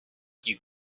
you